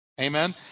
Amen